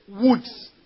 woods